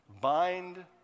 Bind